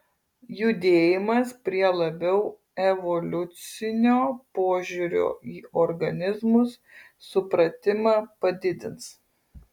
judėjimas prie labiau evoliucinio požiūrio į organizmus supratimą padidins